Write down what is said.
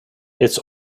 its